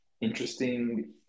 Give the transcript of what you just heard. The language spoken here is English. interesting